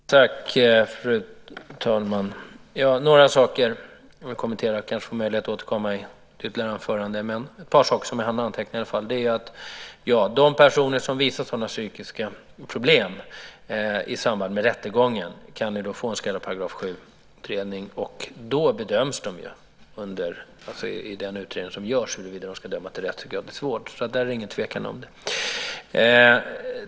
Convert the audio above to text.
Fru talman! Jag vill kommentera några saker, och jag får kanske möjlighet att återkomma. Jag hann anteckna ett par saker. De personer som visar psykiska problem i samband med rättegång kan få så kallad § 7-utredning. Då bedöms i denna utredning huruvida de ska dömas till rättspsykiatrisk vård. Där råder inget tvivel.